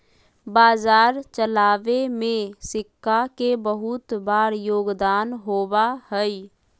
बाजार चलावे में सिक्का के बहुत बार योगदान होबा हई